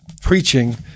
preaching